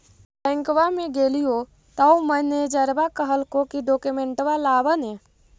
बैंकवा मे गेलिओ तौ मैनेजरवा कहलको कि डोकमेनटवा लाव ने?